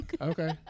Okay